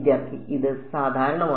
വിദ്യാർത്ഥി ഇത് സാധാരണമാണ്